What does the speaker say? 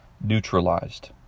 neutralized